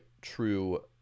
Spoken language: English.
true